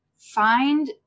find